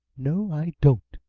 no, i don't!